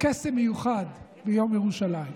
קסם מיוחד ביום ירושלים.